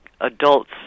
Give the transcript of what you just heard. adults